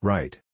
Right